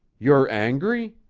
you're angry?